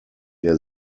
der